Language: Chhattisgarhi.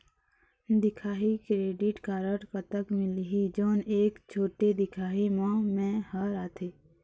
दिखाही क्रेडिट कारड कतक मिलही जोन एक छोटे दिखाही म मैं हर आथे?